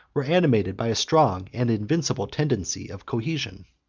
were animated by a strong and invincible tendency of cohesion.